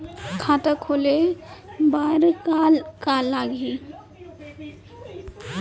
खाता खोले बार का का लागही?